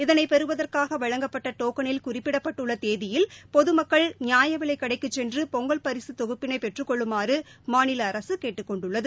இதனை பெறுவதற்காக வழங்கப்பட்ட டோக்களில் குறிப்பிடப்பட்டுள்ள தேதியில் பொதுமக்கள் நியாயவிலை கடைக்குச் சென்று பொங்கல் பரிசுத் தொகுப்பினை பெற்றுக் கொள்ளுமாறு மாநில அரசு கேட்டுக் கொண்டுள்ளது